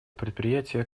предприятия